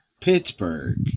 Pittsburgh